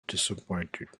disappointed